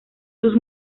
sus